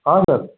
हाँ सर